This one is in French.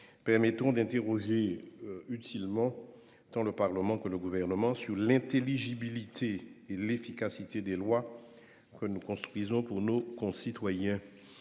permettront d'interroger utilement le Parlement et le Gouvernement sur l'intelligibilité et l'efficacité des lois que nous construisons pour nos concitoyens.